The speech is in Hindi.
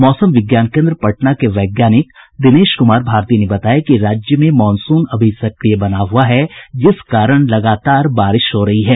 मौसम विज्ञान केन्द्र पटना के वैज्ञानिक दिनेश कुमार भारती ने बताया कि राज्य में मॉनसून अभी सक्रिय बना हुआ है जिस कारण लगातार बारिश हो रही है